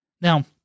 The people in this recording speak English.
Now